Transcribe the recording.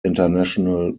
international